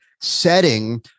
setting